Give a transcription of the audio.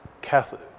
Catholic